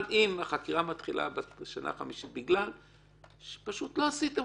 אבל אם החקירה מתחילה בשנה החמישית בגלל שפשוט לא עשיתם